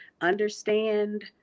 understand